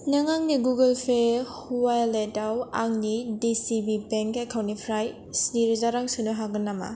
नों आंनि Google Pay अवालेटाव आंनि डि सि बि बेंक एकाउन्टनिफ्राय स्निरोजा रां सोनो हागोन नामा